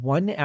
One